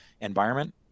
environment